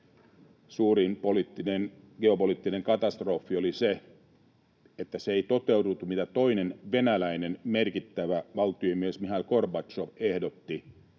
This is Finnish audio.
Suurin geopoliittinen katastrofi oli se, että se ei toteutunut, mitä toinen venäläinen, merkittävä valtiomies Mihail Gorbatšov ehdotti: